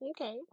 okay